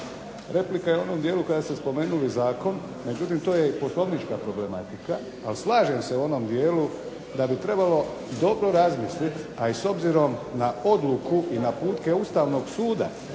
Replika je u onom dijelu kada ste spomenuli zakon, međutim to je i poslovnička problematika, ali slažem se u onom dijelu da bi trebalo dobro razmisliti, a i s obzirom na odluku i naputke Ustavnog suda